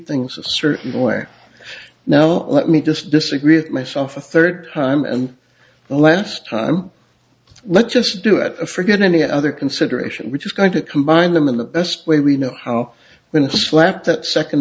way now let me just disagree with myself a third time and the last time let's just do it forget any other consideration which is going to combine them in the best way we know how when to slap that second